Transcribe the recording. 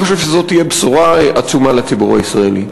אני חושב שזו תהיה בשורה עצומה לציבור הישראלי.